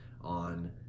on